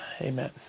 Amen